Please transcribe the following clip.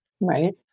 Right